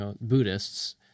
Buddhists